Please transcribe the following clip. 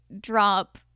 drop